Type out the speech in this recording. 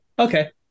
Okay